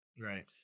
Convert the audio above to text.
right